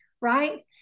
right